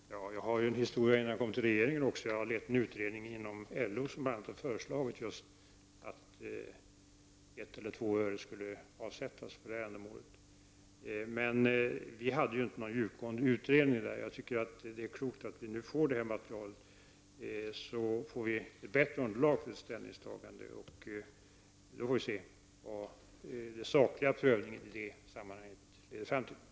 Fru talman! Jag hade en bakgrund innan jag kom till regeringen. Jag har lett inom LO en utredning, som bl.a. föreslog att 1 eller 2 öre skulle avsättas för det ändamålet. Det var dock ingen djupgående utredning. Jag tycker att det är klokt att vi nu får det här materialet så att vi får ett bättre underlag för ett ställningstagande. Vi får då se vad den sakliga prövningen i det sammanhanget leder fram till.